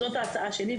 זאת ההצעה שלי,